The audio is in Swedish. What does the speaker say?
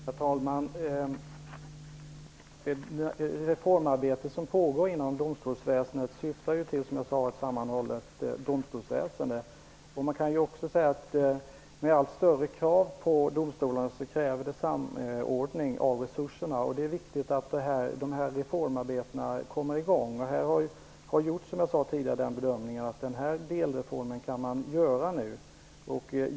Herr talman! Det reformarbete som pågår inom domstolsväsendet syftar som jag sade till ett sammanhållet domstolsväsende. Allt större krav på domstolarna kräver samordning av resurserna. Det är viktigt att dessa reformarbeten kommer i gång. Det har bedömts att man kan göra denna delreform nu.